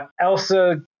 elsa